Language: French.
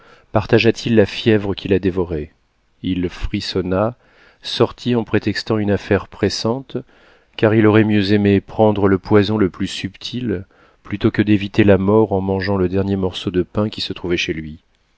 partagea t il la fièvre qui la dévorait il frissonna sortit en prétextant une affaire pressante car il aurait mieux aimé prendre le poison le plus subtil plutôt que d'éviter la mort en mangeant le dernier morceau de pain qui se trouvait chez lui